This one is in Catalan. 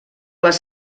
les